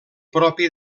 propi